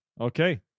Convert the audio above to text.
Okay